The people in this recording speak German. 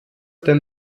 denn